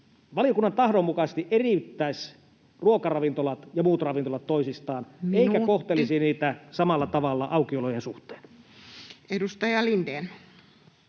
valiokunnan tahdon mukaisesti, eriyttäisi ruokaravintolat ja muut ravintolat toisistaan [Puhemies: Minuutti!] eikä kohtelisi niitä samalla tavalla aukiolojen suhteen. Edustaja Lindén.